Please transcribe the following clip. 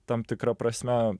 tam tikra prasme